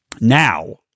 Now